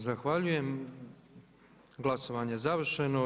Zahvaljujem, glasovanje je završeno.